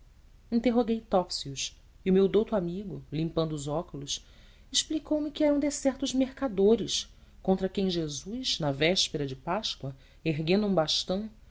topsius e o meu douto amigo limpando os óculos explicou-me que eram decerto os mercadores contra quem jesus na véspera de páscoa erguendo